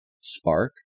spark